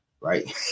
right